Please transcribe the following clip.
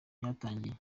ryatangiye